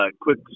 quick